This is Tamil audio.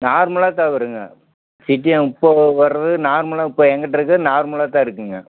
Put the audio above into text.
நார்மலாக தான் வரும்ங்க இப்போது வர்றது நார்மலாக இப்போது எங்கிட்ட இருக்கிறது நார்மலாக தான் இருக்குதுங்க